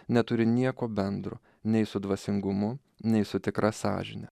neturi nieko bendro nei su dvasingumu nei su tikra sąžine